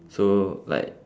so like